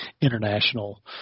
international